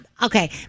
Okay